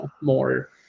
more